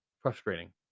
frustrating